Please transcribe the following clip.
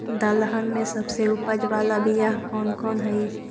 दलहन में सबसे उपज बाला बियाह कौन कौन हइ?